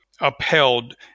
upheld